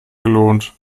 gelohnt